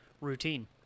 routine